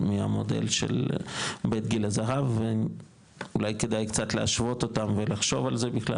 מהמודל של בית גיל הזהב ואולי כדאי קצת להשוות אותם לחשוב על זה בכלל,